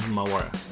Mawara